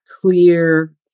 clear